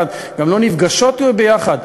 לא נפגשות ביחד.